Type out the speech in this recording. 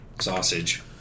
sausage